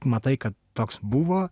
matai kad toks buvo